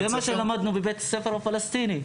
זה מה שלמדנו בבית הספר הפלסטיני.